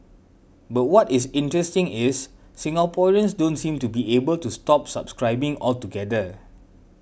but what is interesting is Singaporeans don't seem to be able to stop subscribing altogether